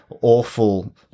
awful